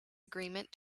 agreement